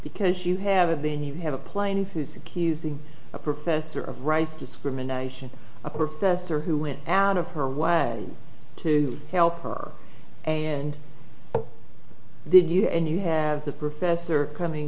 because you haven't been you have a plane who's accusing a professor of rice discrimination a professor who went out of her way to help are and did you and you have the professor coming